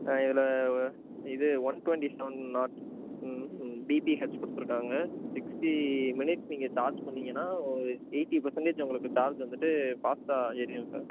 இதில் இது one twenty seven not B P H கொடுத்துருக்காங்க சிக்ஸ்ட்டி மினிட்ஸ் நீங்கள் சார்ஜ் பண்ணிங்கன்னால் எயிட்டி பர்சன்டேஜ் உங்களுக்கு சார்ஜ் வந்துட்டு ஃபாஸ்ட்டாக எரியும் சார்